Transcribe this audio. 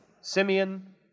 Simeon